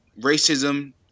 racism